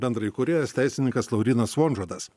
bendraįkūrėjas teisininkas laurynas vonžodas